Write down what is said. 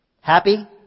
happy